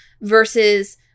versus